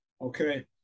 Okay